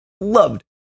loved